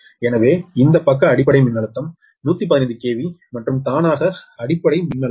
எனவே இந்த பக்க அடிப்படை மின்னழுத்தம் 115 KV மற்றும் தானாக அடிப்படை மின்னழுத்தம் 6